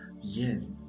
Yes